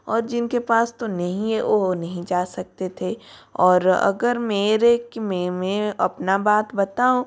और जिनके पास तो नहीं है वो नहीं जा सकते थे और अगर मेरे की मैं मैं अपनी बात बताऊँ